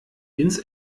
ins